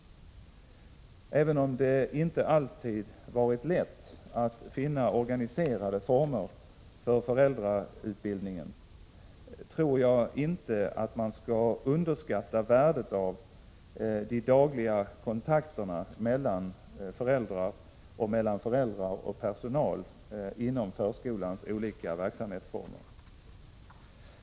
Även om det inte alltid varit lätt att finna organiserade former för föräldrautbildningen, tror jag inte att man skall underskatta värdet av de dagliga kontakterna mellan föräldrar och mellan föräldrar och personal inom förskolans olika verksamhetsformer.